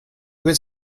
was